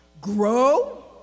grow